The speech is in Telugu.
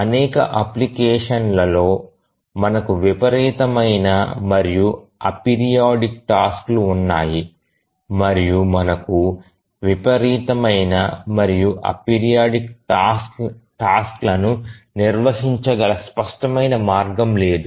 అనేక అప్లికేషన్లల్లో మనకు విపరీతమైన మరియు అపెరియోడిక్ టాస్క్ లు ఉన్నాయి మరియు మనకు విపరీతమైన మరియు అపెరియోడిక్ టాస్క్లను నిర్వహించగల స్పష్టమైన మార్గం లేదు